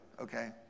okay